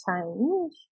change